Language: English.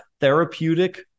Therapeutic